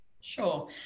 Sure